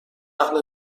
اهل